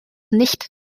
nicht